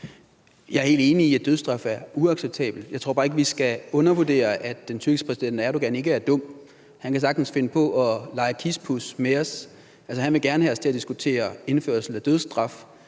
Jeg er helt enig i, at dødsstraf er uacceptabelt. Jeg tror bare ikke, vi skal undervurdere, at den tyrkiske præsident Erdogan ikke er dum, og han kan sagtens finde på at lege kispus med os. Han vil gerne have os til at diskutere indførelse af dødsstraf,